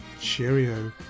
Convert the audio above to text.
Cheerio